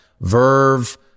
Verve